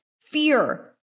fear